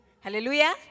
Hallelujah